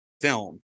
film